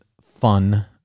fun